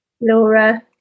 Laura